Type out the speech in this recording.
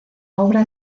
obra